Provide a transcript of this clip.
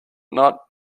not